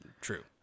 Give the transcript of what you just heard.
True